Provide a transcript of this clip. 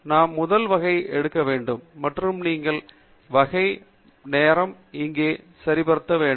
நாம் முதல் வகை எடுக்க வேண்டும் மற்றும் நீங்கள் வகை மாற்ற நேரம் இங்கே பக்கம் வரிசைப்படுத்த அந்த குறிப்பிட்ட வகை பொருட்களை புதுப்பிக்க வேண்டும்